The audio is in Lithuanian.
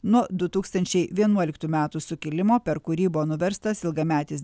nuo du tūkstančiai vienuoliktų metų sukilimo per kurį buvo nuverstas ilgametis